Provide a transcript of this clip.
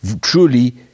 truly